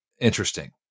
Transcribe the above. interesting